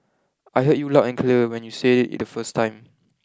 the Malaysian is the first the member of a group to admit his involvement in a gang robbery